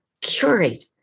curate